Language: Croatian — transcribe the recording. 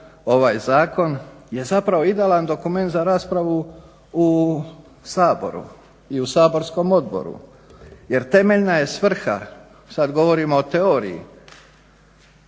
ovaj zakon je zapravo idealan dokument za raspravu u Saboru i u saborskom odboru. Jer temeljna je svrha, sad govorimo o teoriji